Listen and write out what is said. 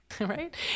Right